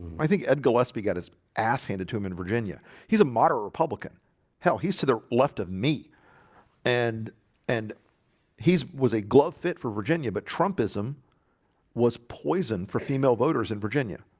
i think ed. gillespie got his ass handed to him in virginia. he's a moderate republican he'll he's to the left of me and and he's was a glove fit for virginia, but trumpism was poisoned for female voters in virginia.